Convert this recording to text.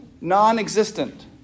non-existent